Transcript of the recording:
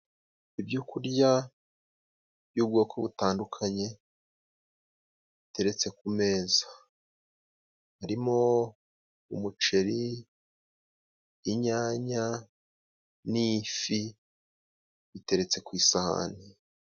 Ibyo kurya by'ubwoko butandukanye biteretse ku meza harimo umuceri, inyanya n'ifi biteretse ku isahani.